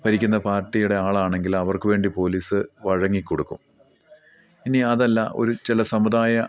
ഭരിക്കുന്ന പാർട്ടിയുടെ ആളാണെങ്കിൽ അവർക്ക് വേണ്ടി പോലീസ് വഴങ്ങി കൊടുക്കും ഇനി അതല്ല ഒരു ചില സമുദായ